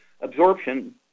absorption